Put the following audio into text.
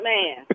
Man